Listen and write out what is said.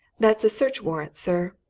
that's a search-warrant, sir!